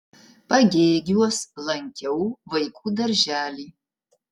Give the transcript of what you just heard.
pagėgiuos lankiau vaikų darželį